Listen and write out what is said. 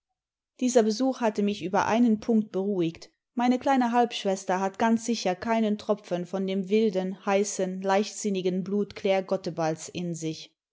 dieser besuch hatte mich über einen punkt beruhigt meine kleine halbschwester hat ganz sicher keinen tropfen von dem wilden heißen leichtsinnigen blut ciaire gotteballs in sich